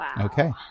Okay